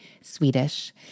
Swedish